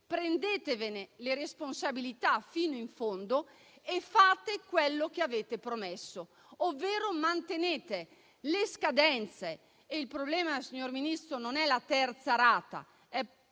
Prendetevene le responsabilità fino in fondo e fate quello che avete promesso, ovvero mantenete le scadenze. Il problema, signor Ministro, non è la terza rata;